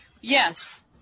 Yes